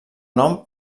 nom